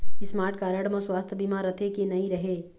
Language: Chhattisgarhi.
स्मार्ट कारड म सुवास्थ बीमा रथे की नई रहे?